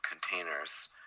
containers